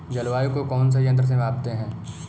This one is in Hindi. जलवायु को कौन से यंत्र से मापते हैं?